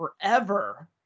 forever